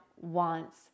wants